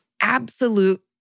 absolute